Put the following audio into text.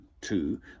Two